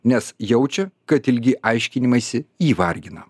nes jaučia kad ilgi aiškinimaisi jį vargina